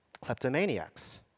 kleptomaniacs